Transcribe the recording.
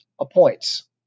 appoints